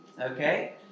okay